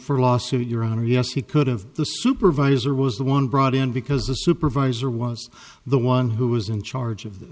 for a lawsuit your honor yes he could have the supervisor was the one brought in because the supervisor was the one who was in charge of th